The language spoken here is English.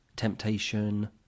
Temptation